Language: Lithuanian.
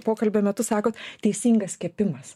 pokalbio metu sakot teisingas kepimas